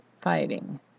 fighting